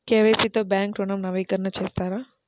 KYC తో bank ఋణం నవీకరణ చేస్తారా?